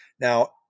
Now